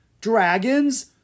Dragons